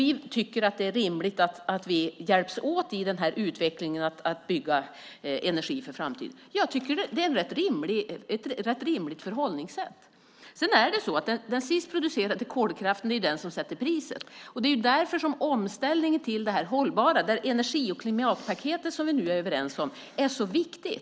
Vi tycker att det är rimligt att vi hjälps åt när det gäller utvecklingen av att bygga energi för framtiden. Det är ett rätt rimligt förhållningssätt. Sedan är det så att den sist producerade kolkraften är den som sätter priset, och det är därför omställningen till det hållbara, det energi och klimatpaket vi nu är överens om, är så viktig.